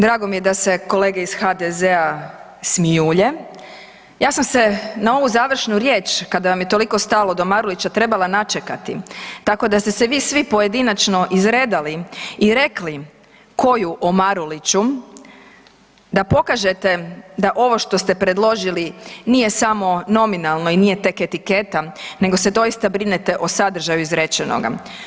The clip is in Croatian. Drago mi je da se kolege iz HDZ-a smijulje, ja sam se na ovu završnu riječ kad vam je toliko stalo do Marulića trebala načekati tako da ste se vi svi pojedinačno izredali i rekli koju o Maruliću da pokažete da ovo što ste predložili nije samo nominalno i nje tek etiketa nego se doista brinete o sadržaju izrečenoga.